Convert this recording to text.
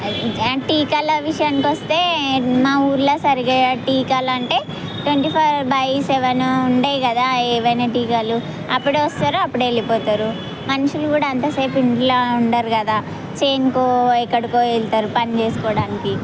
టీకాల విషయానికి వస్తే మా ఊళ్ళో సరిగ్గా టీకాలు అంటే ట్వంటీ ఫోర్ బై సెవెన్ ఉండవు కదా ఏమైనా టీకాలు అప్పుడు వస్తారు అప్పుడు వెళ్ళిపోతారు మనుష్యులు కూడా అంతసేపు ఇంట్లో ఉండరు కదా చేనుకో ఎక్కడికో వెళ్తారు పని చేసుకోవడానికి